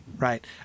Right